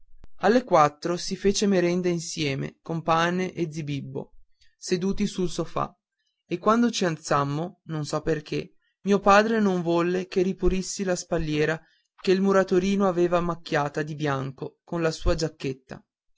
alle quattro si fece merenda insieme con pane e zebibbo seduti sul sofà e quando ci alzammo non so perché mio padre non volle che ripulissi la spalliera che il muratorino aveva macchiata di bianco con la sua giacchetta